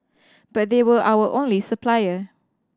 but they were our only supplier